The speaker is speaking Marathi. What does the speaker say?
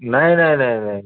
नाही नाही नाही नाही